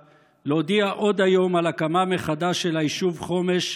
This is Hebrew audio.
להודיע עוד היום על הקמה מחדש של היישוב חומש,